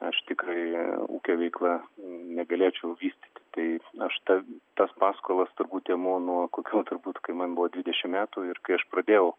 aš tikrai ūkio veikla negalėčiau vystyti tai našta tas paskolas turbūt imu nuo kokių turbūt kai man buvo dvidešimt metų ir kai aš pradėjau